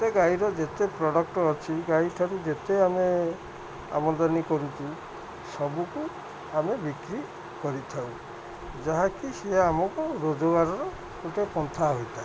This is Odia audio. ଏତେ ଗାଈର ଯେତେ ପ୍ରଡ଼କ୍ଟ ଅଛି ଗାଈ ଠାରୁ ଯେତେ ଆମେ ଆମଦାନୀ କରୁଛୁ ସବୁକୁ ଆମେ ବିକ୍ରି କରିଥାଉ ଯାହାକି ସିଏ ଆମକୁ ରୋଜଗାରର ଗୋଟେ ପନ୍ଥା ହୋଇଥାଏ